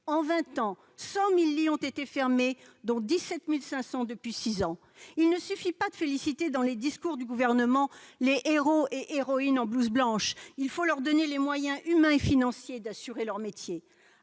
vingt ans, 100 000 lits ont été fermés, dont 17 500 depuis six ans. Il ne suffit pas de féliciter, dans les discours du Gouvernement, les héros et héroïnes en blouse blanche ; il faut leur donner les moyens humains et financiers d'exercer leur métier.